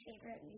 favorite